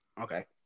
Okay